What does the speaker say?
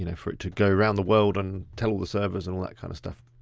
you know for it to go around the world and tell all the servers and all that kind of stuff.